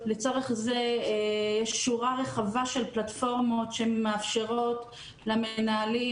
לצורך זה יש שורה רחבה של פלטפורמות שמאפשרות למנהלים